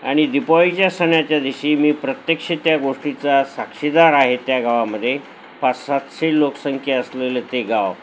आणि दीपावलीच्या सणाच्या दिवशी मी प्रत्यक्ष त्या गोष्टीचा साक्षीदार आहे त्या गावामध्ये पाच सातशे लोकसंख्या असलेले ते गाव